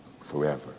forever